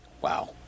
Wow